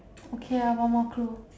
okay lah one more clue